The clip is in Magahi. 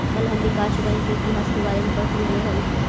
कल हम विकास बैंक के इतिहास के बारे में पढ़लियई हल